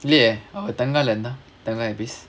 இல்லயே அவன் தங்கலேனா:illayae avan thangalaenaa